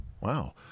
wow